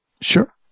Sure